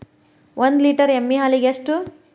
ಒಂದು ಲೇಟರ್ ಎಮ್ಮಿ ಹಾಲಿಗೆ ಎಷ್ಟು?